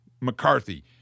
McCarthy